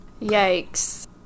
Yikes